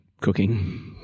cooking